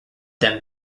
them